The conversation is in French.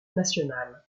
national